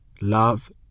love